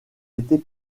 était